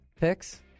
Picks